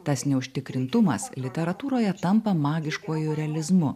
tas neužtikrintumas literatūroje tampa magiškuoju realizmu